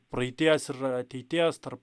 praeities ir ateities tarp